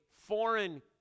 foreign